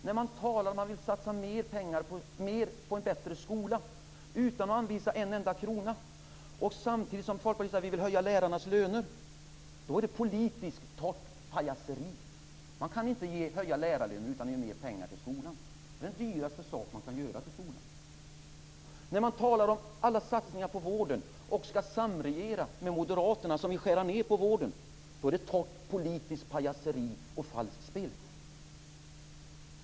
När man talar om att vill satsa mer pengar för att få en bättre skola utan att anvisa en enda krona och samtidigt - som Folkpartiet vill - vill höja lärarnas löner, då är det ett politiskt torrt pajaseri. Man kan inte höja lärarlönerna utan att ge mer pengar till skolan. Det är den dyraste åtgärd som man kan vidta i skolan. När ni talar om alla satsningar på vården och skall samregera med Moderaterna, som vill skära ned på vården, då är det torrt politiskt pajaseri och falskspel.